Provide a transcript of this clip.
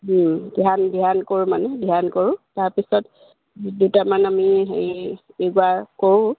ধ্যান ধ্যান কৰোঁ মানে ধ্যান কৰোঁ তাৰপিছত দুটামান আমি হেৰি য়োগা কৰোঁ